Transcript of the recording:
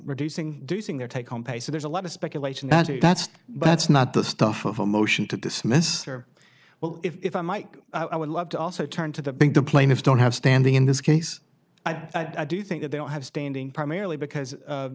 reducing do sing their take home pay so there's a lot of speculation that it that's but that's not the stuff of a motion to dismiss or well if i might i would love to also turn to the big the plaintiffs don't have standing in this case i do think that they don't have standing primarily because